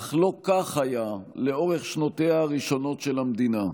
אך לא כך היה לאורך שנותיה הראשונות של המדינה.